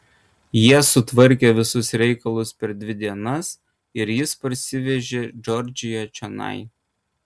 jie sutvarkė visus reikalus per dvi dienas ir jis parsivežė džordžiją čionai